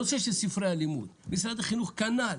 הנושא של ספרי הלימוד, משרד החינוך כנ"ל